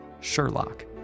Sherlock